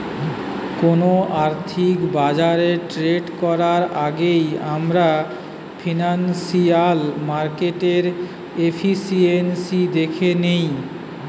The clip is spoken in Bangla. কোনো আর্থিক বাজারে ট্রেড করার আগেই আমরা ফিনান্সিয়াল মার্কেটের এফিসিয়েন্সি দ্যাখে নেয়